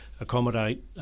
accommodate